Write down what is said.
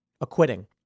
acquitting